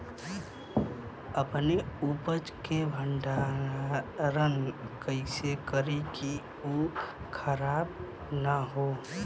अपने उपज क भंडारन कइसे करीं कि उ खराब न हो?